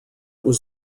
was